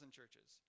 churches